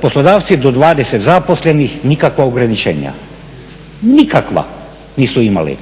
Poslodavci do 20 zaposlenih nikakva ograničenja, nikakva nisu imali.